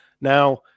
Now